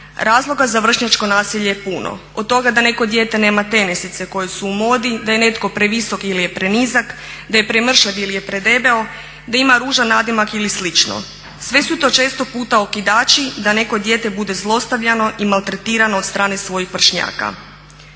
Razloga za vršnjačko nasilje je puno od toga da neko dijete nema tenisice koje su u modi, da je netko previsok ili je prenizak, da je premršav ili je predebeo, da ima ružan nadimak ili slično. Sve su to često puta okidači da neko dijete bude zlostavljano i maltretirano od strane svojih vršnjaka.